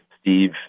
Steve